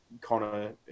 Connor